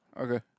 Okay